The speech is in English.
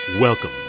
Welcome